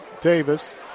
Davis